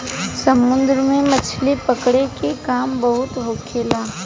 समुन्द्र में मछली पकड़े के काम बहुत होखेला